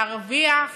להרוויח